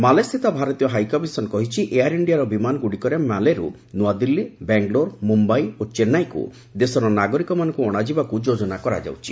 ମାଲେ ସ୍ଥିତ ଭାରତୀୟ ହାଇକମିଶନ୍ କହିଛି ଏୟାର୍ ଇଣ୍ଡିଆର ବିମାନଗୁଡ଼ିକରେ ମାଲେରୁ ନୂଆଦିଲ୍ଲୀ ବାଙ୍ଗାଲୋର ମୁମ୍ବାଇ ଓ ଚେନ୍ନାଇକୁ ଦେଶର ନାଗରିକମାନଙ୍କୁ ଅଣାଯିବାକୁ ଯୋଜନା କରାଯାଉଛି